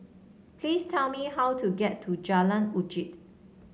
please tell me how to get to Jalan Uji